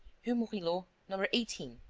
rue murillo. no. eighteen.